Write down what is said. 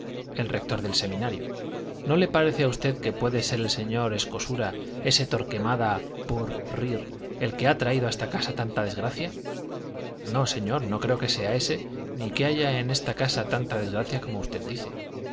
el rector del seminario no le parece a usted que puede ser el señor escosura ese torquemada pour rire el que ha traído a esta casa tanta desgracia no señor no creo que sea ese ni que haya en esta casa tanta desgracia como usted dice